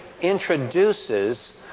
introduces